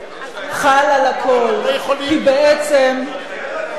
אותו דבר חל על הכול, כי בעצם עמדתו,